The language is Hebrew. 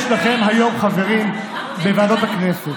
יש לכם היום חברים בוועדות הכנסת.